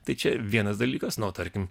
tai čia vienas dalykas nu o tarkim